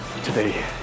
today